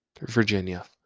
Virginia